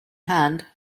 hand